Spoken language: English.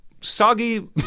soggy